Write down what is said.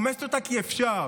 כי אפשר,